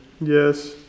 Yes